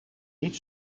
niet